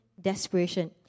desperation